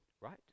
right